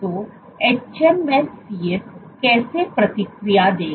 तो hMSCs कैसे प्रतिक्रिया देगा